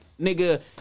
nigga